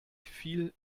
viel